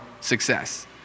success